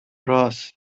رآس